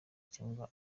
cyangwa